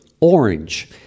orange